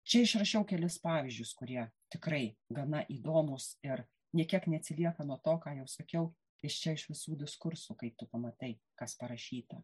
čia išrašiau kelis pavyzdžius kurie tikrai gana įdomūs ir nė kiek neatsilieka nuo to ką jau sakiau iš čia iš visų diskursų kai tu pamatai kas parašyta